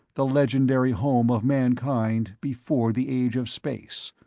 the legendary home of mankind before the age of space,